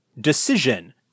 decision